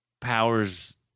powers